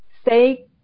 stay